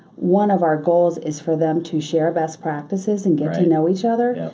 one of our goals is for them to share best practices and get to know each other.